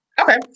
Okay